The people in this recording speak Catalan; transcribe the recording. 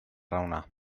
raonar